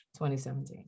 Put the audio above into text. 2017